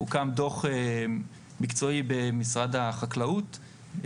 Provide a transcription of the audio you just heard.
הוקם דוח מקצועי במשרד החקלאות,